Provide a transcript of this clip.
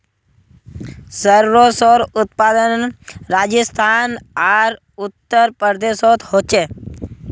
सर्सोंर उत्पादन राजस्थान आर उत्तर प्रदेशोत होचे